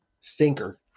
Stinker